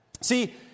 See